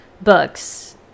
books